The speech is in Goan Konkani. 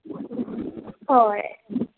हय